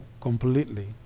completely